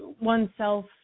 oneself